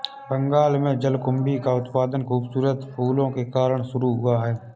बंगाल में जलकुंभी का उत्पादन खूबसूरत फूलों के कारण शुरू हुआ था